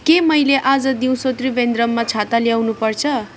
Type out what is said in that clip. के मैले आज दिउँसो त्रिभेन्द्र्ममा छाता ल्याउनुपर्छ